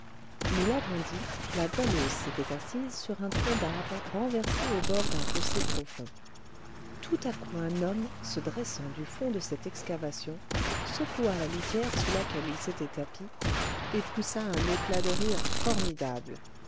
nous l'avons dit la goualeuse s'était assise sur un tronc d'arbre renversé au bord d'un fossé profond tout à coup un homme se dressant du fond de cette excavation secoua la litière sous laquelle il s'était tapi et poussa un éclat de rire formidable